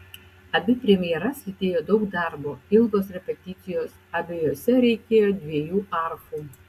abi premjeras lydėjo daug darbo ilgos repeticijos abiejose reikėjo dviejų arfų